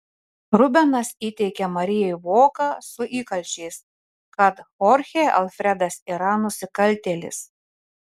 rubenas įteikia marijai voką su įkalčiais kad chorchė alfredas yra nusikaltėlis